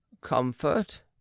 Comfort